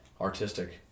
artistic